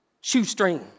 shoestring